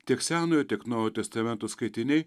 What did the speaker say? tiek senojo tiek naujo testamento skaitiniai